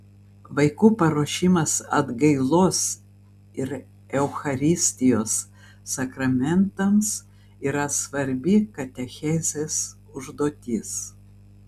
vaikų paruošimas atgailos ir eucharistijos sakramentams yra svarbi katechezės užduotis